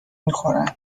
میخورن